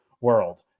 world